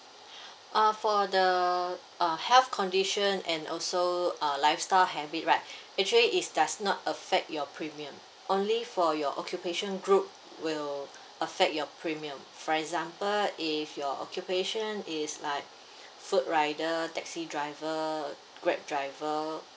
uh for the uh health condition and also uh lifestyle habit right actually it does not affect your premium only for your occupation group will affect your premium for example if your occupation is like food rider taxi driver Grab driver